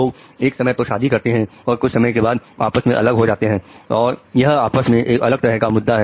लोग एक समय तो शादी करते हैं और कुछ समय के बाद आपस में अलग हो जाते हैं यह आपस में एक अलग तरह का मुद्दा है